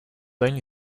only